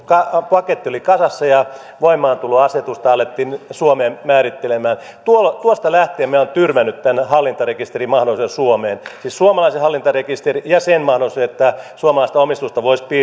paketti oli kasassa ja voimaantuloasetusta alettiin suomeen määrittelemään tuosta tuosta lähtien olen tyrmännyt hallintarekisterimahdollisuuden suomeen siis suomalaisen hallintarekisterin ja sen mahdollisuuden että suomalaista omistusta voisi